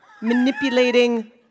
manipulating